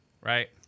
Right